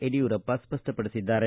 Yediyurappa ಸಪ್ಪಪಡಿಸಿದ್ದಾರೆ